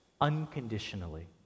unconditionally